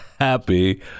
happy